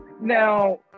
now